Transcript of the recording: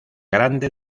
grande